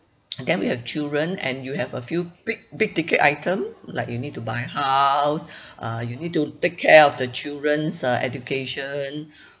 then we have children and you have a few big big ticket item like you need to buy house uh you need to take care of the children's uh education